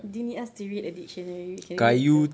do you need us to read a dictionary we can do that too